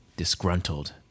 Disgruntled